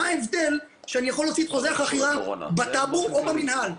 מה ההבדל בין זה שאני יכול להוציא חוזה חכירה בטאבו או במינהל?